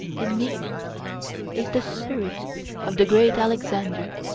in me is the spirit of the great alexander,